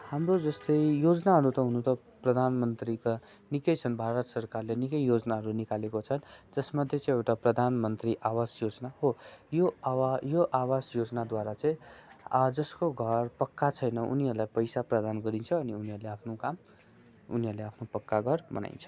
हाम्रो जस्तै योजनाहरू त हुनु त प्रधानमन्त्रीका निकै छन् भारत सरकारले निकै योजनाहरू निकालेको छन् जसमध्ये चाहिँ एउटा प्रधानमन्त्री आवास योजना हो यो आवा यो आवास योजनाद्वारा चाहिँ जसको घर पक्का छैन उनीहरूलाई पैसा प्रदान गरिन्छ अनि उनीहरूले आफ्नो काम उनीहरूले आफ्नो पक्का घर बनाइन्छ